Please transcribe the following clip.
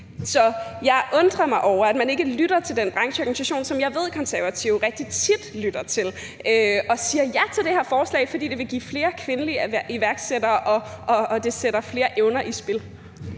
Så jeg undrer mig over, at man ikke lytter til den brancheorganisation, som jeg ved Konservative rigtig tit lytter til, og siger ja til det her forslag, fordi det vil give flere kvindelige iværksættere og sætte flere evner i spil.